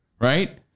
Right